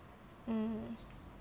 mm